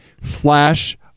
flash